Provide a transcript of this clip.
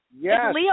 Yes